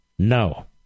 No